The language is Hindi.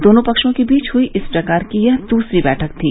दोनों पक्षों के बीच हुई इस प्रकार की यह दूसरी बैठक थी